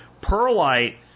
Perlite